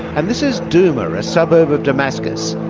and this is duma, a suburb of damascus.